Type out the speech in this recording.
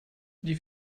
die